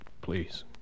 Please